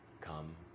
come